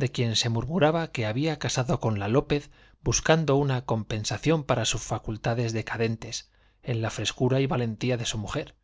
de murmuraba que tenor quien se había casado con la lópez buscando una compensa ción para sus facultades decadentes en la frescura y de esto maestrazo valentía de su mujer